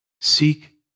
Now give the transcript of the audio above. Seek